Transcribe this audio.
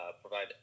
provide